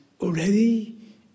already